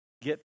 get